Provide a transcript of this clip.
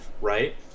right